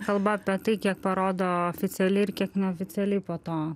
kalbą apie tai kiek parodo oficialiai ir kiek neoficialiai po to